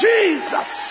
Jesus